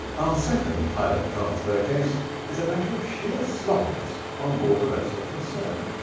our second pilot transfer case is a matter of sheer sloppiness on board the vessel concerned.